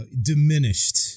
diminished